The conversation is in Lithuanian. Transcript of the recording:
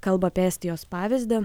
kalba apie estijos pavyzdį